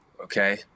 okay